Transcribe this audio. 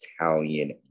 italian